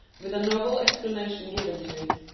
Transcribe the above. with a novel explanation given to it.